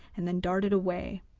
and then darted away,